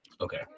okay